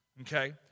Okay